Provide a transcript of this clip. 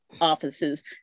offices